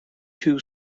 two